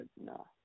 no